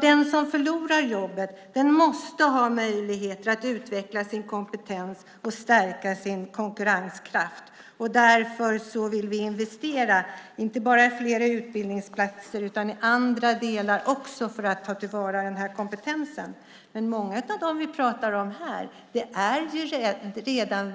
Den som förlorar jobbet måste ha möjlighet att utveckla sin kompetens och stärka sin konkurrenskraft. Därför vill vi investera inte bara i fler utbildningsplatser utan också i andra delar för att ta till vara kompetensen. Många av dem vi pratar om här är redan